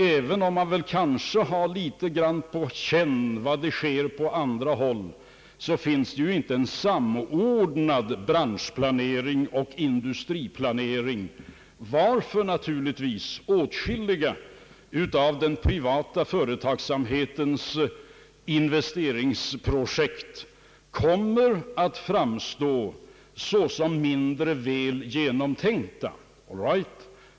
Även om man kanske har litet grand på känn vad som sker på andra håll, finns det ju inte en samordnad branschplanering och industriplanering, varför naturligtvis åtskilliga av den privata företagsamhetens investeringsprojekt kommer att framstå såsom mindre väl genomtänkta. All right!